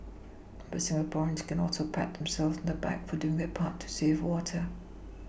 but Singaporeans can also pat themselves on the back for doing their part to save water